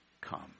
come